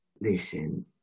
Listen